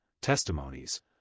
testimonies